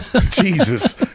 Jesus